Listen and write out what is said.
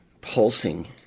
pulsing